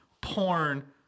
porn